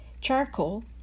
charcoal